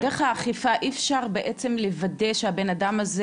דרך האכיפה אי אפשר בעצם לוודא שהבן אדם הזה